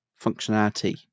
functionality